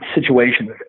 situations